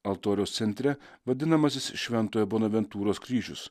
altoriaus centre vadinamasis šventojo bonaventūros kryžius